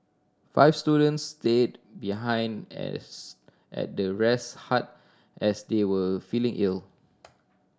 five students stayed behind as at the rest hut as they were feeling ill